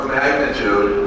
magnitude